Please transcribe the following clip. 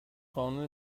قانون